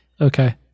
Okay